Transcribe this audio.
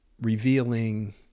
revealing